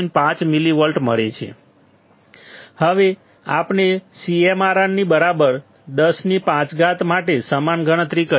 5 millivolt મળે છે હવે આપણે CMRR ની બરાબર 105 સાથે સમાન ગણતરી કરીએ